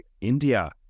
India